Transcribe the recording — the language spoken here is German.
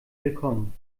willkommen